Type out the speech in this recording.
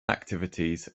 activities